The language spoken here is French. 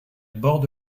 borde